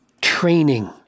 training